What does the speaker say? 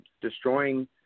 destroying